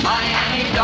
Miami